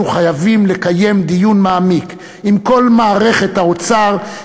אנחנו חייבים לקיים דיון מעמיק עם כל מערכת האוצר,